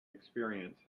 experience